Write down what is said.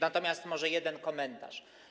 Natomiast może jeden komentarz.